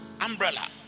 umbrella